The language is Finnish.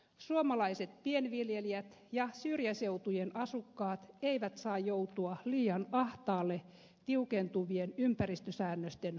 suomalaiset pienviljelijät ja syrjäseutujen asukkaat eivät saa joutua liian ahtaalle tiukentuvien ympäristösäännösten vuoksi